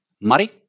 Mari